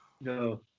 No